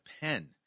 pen